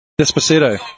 Despacito